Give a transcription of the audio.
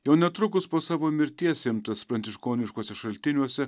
jau netrukus po savo mirties imtas pranciškoniškuose šaltiniuose